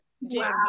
Wow